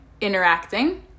interacting